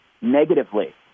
negatively